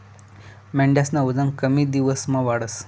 मेंढ्यास्नं वजन कमी दिवसमा वाढस